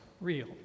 real